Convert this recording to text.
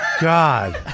God